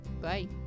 Bye